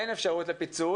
אין אפשרות לפיצול.